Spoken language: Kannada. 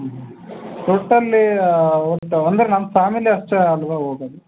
ಟೋಟ್ಟಲಿ ಒಟ್ಟು ಅಂದ್ರೆ ನಮ್ಮ ಫ್ಯಾಮಿಲಿ ಅಷ್ಟೇ ಅಲ್ವಾ ಹೋಗೋದು